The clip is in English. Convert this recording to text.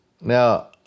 Now